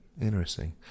Interesting